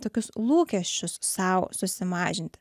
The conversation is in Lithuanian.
tokius lūkesčius sau susimažinti